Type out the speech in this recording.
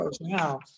Now